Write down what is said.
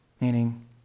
Meaning